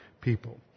people